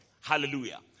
Hallelujah